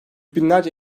binlerce